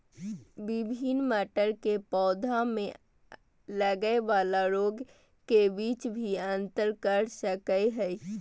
विभिन्न टमाटर के पौधा में लगय वाला रोग के बीच भी अंतर कर सकय हइ